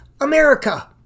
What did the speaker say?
America